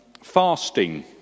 Fasting